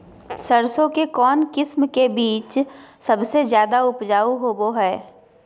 सरसों के कौन किस्म के बीच सबसे ज्यादा उपजाऊ होबो हय?